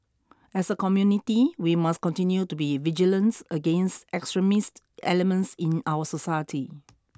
as a community we must continue to be vigilant against extremist elements in our society